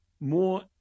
more